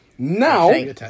Now